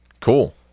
cool